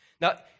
Now